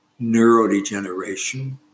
neurodegeneration